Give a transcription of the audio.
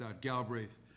Galbraith